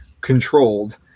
controlled